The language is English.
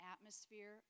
atmosphere